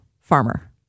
farmer